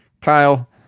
Kyle